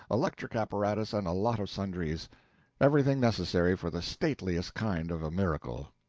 electric apparatus, and a lot of sundries everything necessary for the stateliest kind of a miracle.